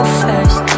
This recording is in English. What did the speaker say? first